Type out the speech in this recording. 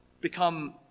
become